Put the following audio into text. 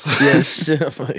Yes